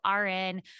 RN